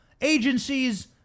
agencies